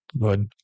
good